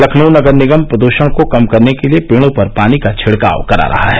लखनऊ नगर निगम प्रदूषण को कम करने के लिये पेड़ों पर पानी का छिड़काव करा रहा है